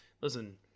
Listen